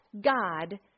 God